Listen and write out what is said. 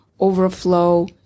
overflow